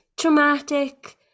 traumatic